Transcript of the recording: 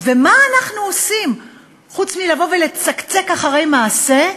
ומה אנחנו עושים חוץ מלבוא ולצקצק אחרי מעשה?